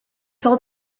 told